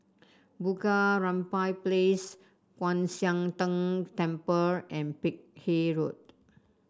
Bunga Rampai Place Kwan Siang Tng Temple and Peck Hay Road